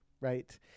Right